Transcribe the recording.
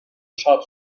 چاپ